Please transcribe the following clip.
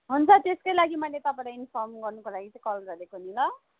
हुन्छ त्यसकै लागि मैले तपाईँलाई इन्फर्म गर्नको लागि चाहिँ कल गरेको नि ल